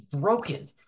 broken